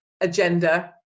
agenda